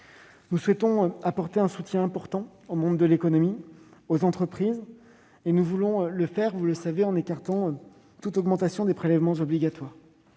nous souhaitons apporter un soutien important au monde de l'économie, aux entreprises, nous voulons le faire en écartant toute augmentation des prélèvements obligatoires.